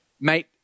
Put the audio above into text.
mate